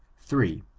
three.